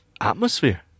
atmosphere